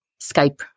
Skype